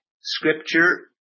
scripture